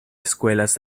escuelas